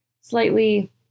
slightly